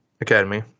Academy